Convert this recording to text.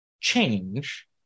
change